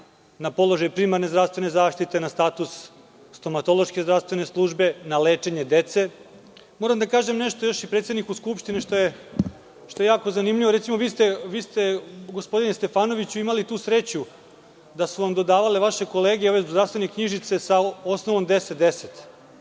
na položaj primarne zdravstvene zaštite, na status stomatološke zdravstvene službe, na lečenje dece. Moram da kažem još nešto predsedniku Skupštine, što je jako zanimljivo. Vi ste, gospodine Stefanoviću, imali tu sreću da su vam dodavale vaše kolege ove zdravstvene knjižice sa osnovom 1010.